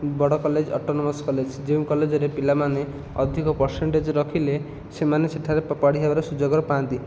ବଡ଼ college autonomous college ଯେଉଁ college ରେ ପିଲାମାନେ ଅଧିକ ପର୍ସେଣ୍ଟେଜ୍ ରଖିଲେ ସେମାନେ ସେଠାରେ ପଢ଼ିବାର ସୁଯୋଗ ପାଆନ୍ତି